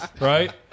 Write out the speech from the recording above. Right